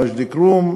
מג'ד-אלכרום,